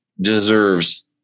deserves